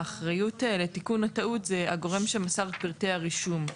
האחריות לתיקון הטעות היא על הגורם שמסר את פרטי הרישום.